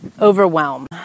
overwhelm